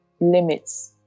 limits